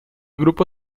grupo